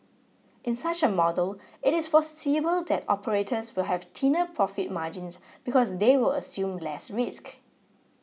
in such a model it is foreseeable that operators will have thinner profit margins because they will assume less risk